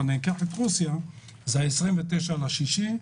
למשל ברוסיה זה 29 ביוני,